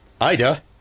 Ida